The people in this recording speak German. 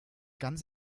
ganz